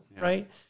right